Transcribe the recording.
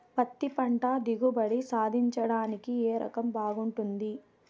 పత్తి పంట దిగుబడి సాధించడానికి ఏ రకం బాగుంటుంది?